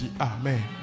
Amen